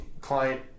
client